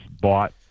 bought